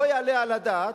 לא יעלה על הדעת,